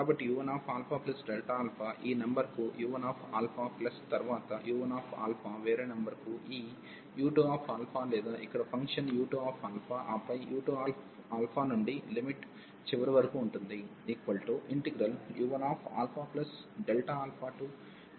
కాబట్టి u1α ఈ నెంబర్ కు u1 ప్లస్ తరువాత u1 వేరే నెంబర్ కు ఈ u2 లేదా ఇక్కడ ఫంక్షన్ u2 ఆపై u2 నుండి లిమిట్ చివరి వరకు ఉంటుంది